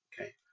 okay